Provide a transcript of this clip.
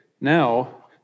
now